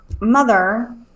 mother